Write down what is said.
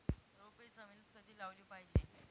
रोपे जमिनीत कधी लावली पाहिजे?